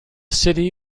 city